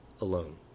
alone